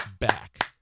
back